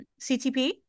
CTP